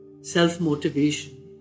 self-motivation